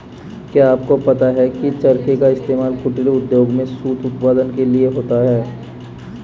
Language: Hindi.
क्या आपको पता है की चरखे का इस्तेमाल कुटीर उद्योगों में सूत उत्पादन के लिए होता है